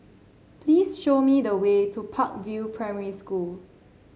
please show me the way to Park View Primary School